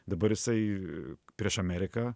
dabar jisai prieš ameriką